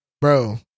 Bro